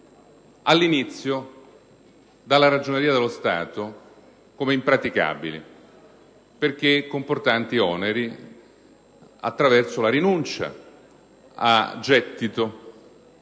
all'inizio dalla Ragioneria dello Stato come impraticabili perché comportanti oneri attraverso la rinuncia al gettito,